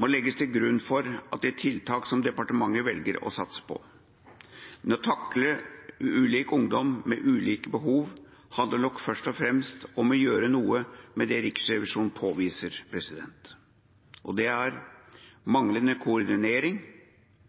må legges til grunn for tiltak som departementet velger å satse på. Men å takle ulike ungdommer med ulike behov handler nok først og fremst om å gjøre noe med det Riksrevisjonen påviser: manglende koordinering